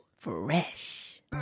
Fresh